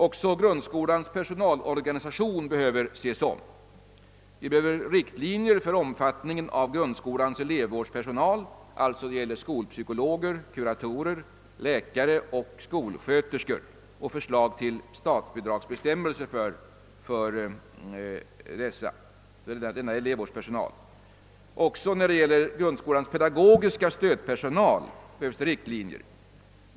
Även grundskolans personalorganisation behöver ses över. Vi behöver riktlinjer för omfattningen av grundskolans elevvårdspersonal, d.v.s. skolpsykologer, kuratorer, läkare och skolsköterskor. Vidare behövs förslag tll statsbidragsbestämmelser för denna elevvårdspersonal. Även när det gäller grundskolans pedagogiska stödpersonal erfordras riktlinjer.